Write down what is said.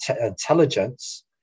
intelligence